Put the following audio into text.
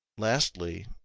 lastly,